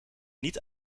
niet